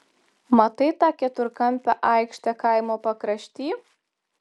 matai tą keturkampę aikštę kaimo pakrašty